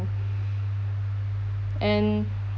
and